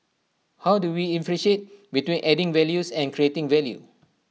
how do we ifferentiate between adding values and creating value